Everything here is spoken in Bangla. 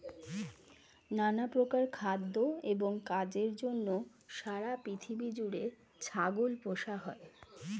নানা প্রকার খাদ্য এবং কাজের জন্য সারা পৃথিবী জুড়ে ছাগল পোষা হয়